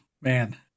man